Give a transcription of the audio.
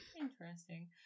Interesting